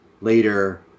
later